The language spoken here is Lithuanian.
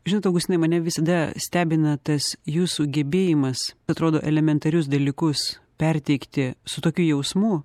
žinot augustinai mane visada stebina tas jūsų gebėjimas atrodo elementarius dalykus perteikti su tokiu jausmu